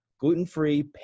gluten-free